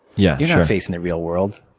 yeah you're not facing the real world,